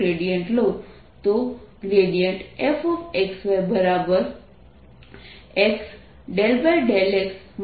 હવે જો હું fxyનો ગ્રેડિયન્ટ લઉં તો fxyx∂xy∂yz∂zfxy છે